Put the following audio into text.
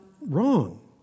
wrong